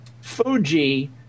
Fuji